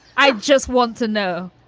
i just want to know.